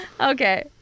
Okay